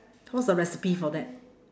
what's the recipe for that